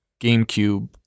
GameCube